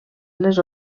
les